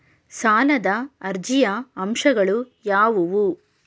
ಸಾಲದ ಅರ್ಜಿಯ ಅಂಶಗಳು ಯಾವುವು?